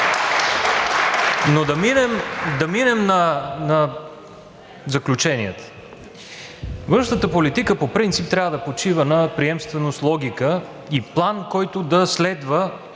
да минем на заключението. Външната политика по принцип трябва да почива на приемственост, логика и план, който да се следва